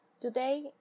Today